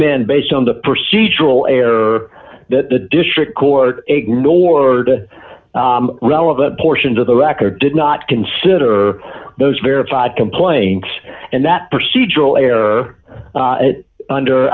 reman based on the procedural error that the district court ignored the relevant portions of the record did not consider those verified complaints and that procedural error under